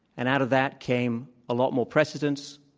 and out of that came a lot more precedents,